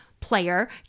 player